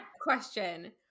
question